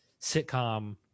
sitcom